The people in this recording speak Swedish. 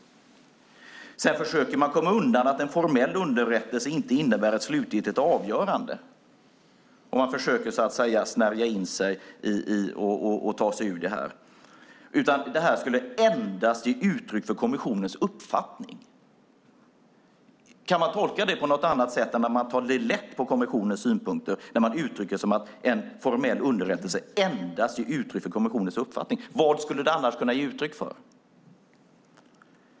Sedan försöker man komma undan med att "en formell underrättelse inte innebär ett slutgiltigt avgörande". Man försöker på det sättet ta sig ur det här. I stället skulle det här endast ge "uttryck för kommissionens uppfattning". Kan man tolka detta på något annat sätt än som att man tar lätt på kommissionens synpunkter? Man säger att en formell underrättelse "endast ger uttryck för kommissionens uppfattning". Vad skulle den annars kunna ge uttryck för?